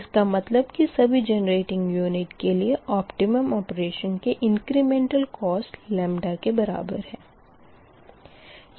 इसका मतलब कि सभी जेनरेटिंग यूनिट के लिए ओप्टिमम ओपरेशन के इंक्रिमेंटल कोस्ट के बराबर है